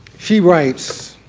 she writes,